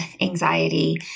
anxiety